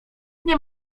nie